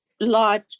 large